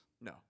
No